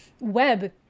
web